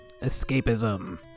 Escapism